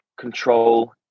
control